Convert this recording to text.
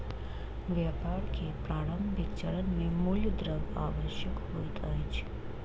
व्यापार के प्रारंभिक चरण मे मूल द्रव्य आवश्यक होइत अछि